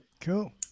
Cool